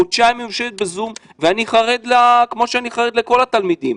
חודשיים היא יושבת בזום ואני חרד לה כמו שאני חרד לכל התלמידים.